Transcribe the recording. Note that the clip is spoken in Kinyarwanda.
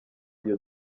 iyo